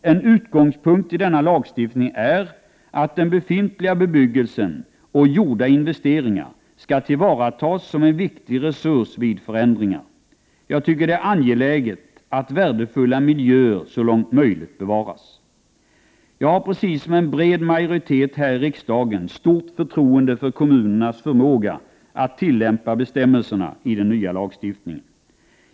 En utgångspunkt i denna lagstiftning är att den befintliga bebyggelsen och gjorda investeringar skall tillvaratas som en viktig resurs vid förändringar. Jag tycker att det är angeläget att värdefulla miljöer så långt möjligt bevaras. Jag har precis som en bred majoritet här i riksdagen stort förtroende för kommunernas förmåga att tillämpa bestämmelserna i den nya lagstiftningen.